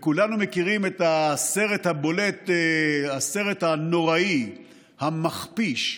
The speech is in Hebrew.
כולנו מכירים את הסרט הבולט, הסרט הנוראי, המכפיש,